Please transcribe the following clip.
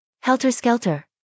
Helter-skelter